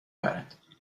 برد